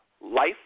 Life